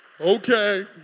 okay